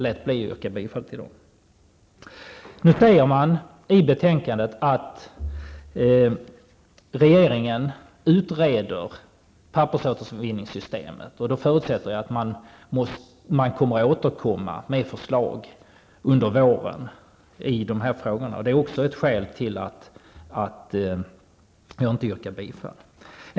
Nu säger man i betänkandet att regeringen utreder pappersåtervinningssystemet. Då förutsätter jag att man skall återkomma med förslag under våren i dessa frågor. Det är också ett skäl till att jag inte yrkar bifall till alla våra förslag.